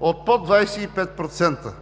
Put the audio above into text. от под 25%.